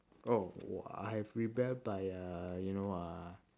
oh uh I have rebelled by uh you know uh